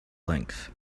length